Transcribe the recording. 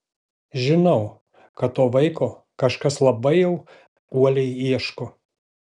žinau kad to vaiko kažkas labai jau uoliai ieško